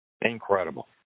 Incredible